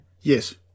Yes